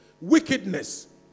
wickedness